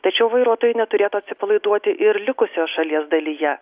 tačiau vairuotojai neturėtų atsipalaiduoti ir likusioj šalies dalyje